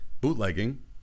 bootlegging